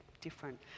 different